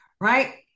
right